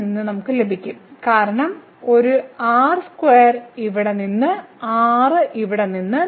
ഇവിടെ നിന്ന് നമുക്ക് ലഭിക്കും കാരണം ഒരു r2 ഇവിടെ നിന്ന് r ഇവിടെ നിന്ന്